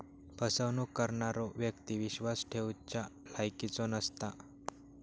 फसवणूक करणारो व्यक्ती विश्वास ठेवच्या लायकीचो नसता